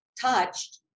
touched